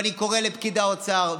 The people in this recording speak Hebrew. ואני קורא לפקידי האוצר,